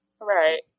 Right